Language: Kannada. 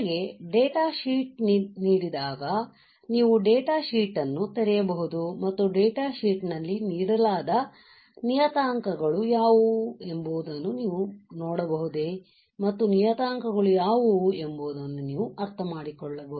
ನಿಮಗೆ ಡೇಟಾ ಶೀಟ್ ನೀಡಿದಾಗ ನೀವು ಡೇಟಾ ಶೀಟ್ ಅನ್ನು ತೆರೆಯಬಹುದು ಮತ್ತು ಡೇಟಾ ಶೀಟ್ ನಲ್ಲಿ ನೀಡಲಾದ ನಿಯತಾಂಕಗಳು ಯಾವುವು ಎಂಬುದನ್ನು ನೀವು ನೋಡಬಹುದೇ ಮತ್ತು ನಿಯತಾಂಕಗಳು ಯಾವುವು ಎಂಬುದನ್ನು ನೀವು ಅರ್ಥಮಾಡಿಕೊಳ್ಳಬಹುದೇ ಎಂಬುದು ಇದರ ಉದ್ದೇಶವಾಗಿದೆ